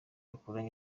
akoranye